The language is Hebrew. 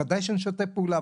אז בוודאי שנשתף פעולה.